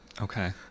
Okay